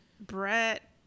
Brett